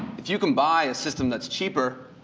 if you can buy a system that's cheaper,